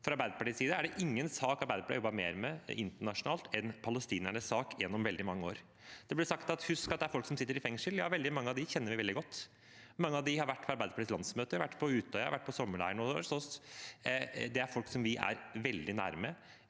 Fra Arbeiderpartiets side er det ingen sak Arbeiderpartiet har jobbet mer med internasjonalt enn palestinernes sak, gjennom veldig mange år. Det ble sagt at vi må huske at det er folk som sitter i fengsel. Veldig mange av dem kjenner vi veldig godt. Mange av dem har vært på Arbeiderpartiets landsmøte, vært på Utøya eller vært på sommerleir hos oss. Det er folk vi er veldig nærme,